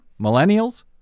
millennials